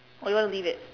or you want to leave it